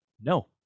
no